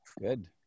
Good